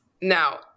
now